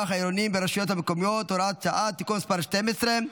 העירוני ברשויות המקומיות (הוראת שעה) (תיקון מס' 12),